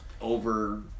over